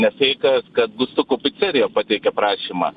ne feikas kad gustuko picerija pateikė prašymą